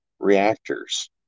reactors